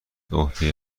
عهده